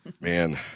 Man